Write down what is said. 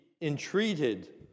entreated